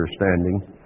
understanding